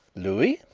louis,